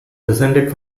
descended